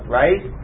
right